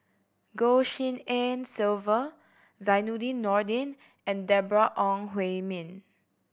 Goh Tshin En Sylvia Zainudin Nordin and Deborah Ong Hui Min